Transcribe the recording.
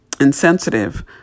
insensitive